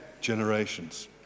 generations